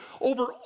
over